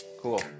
Cool